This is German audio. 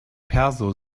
perso